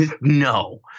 no